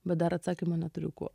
bet dar atsakymo neturiu kuo